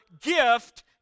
gift